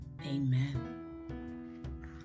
Amen